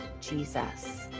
Jesus